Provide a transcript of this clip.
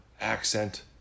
accent